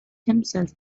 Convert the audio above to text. himself